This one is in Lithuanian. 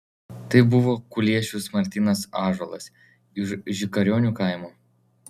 tai buvo kuliešius martynas ąžuolas iš žikaronių kaimo